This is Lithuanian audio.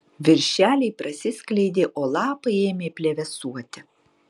viršeliai prasiskleidė o lapai ėmė plevėsuoti